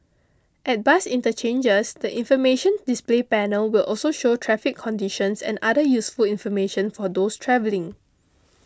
at bus interchanges the information display panel will also show traffic conditions and other useful information for those travelling